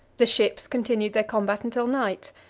the ships continued the combat until night,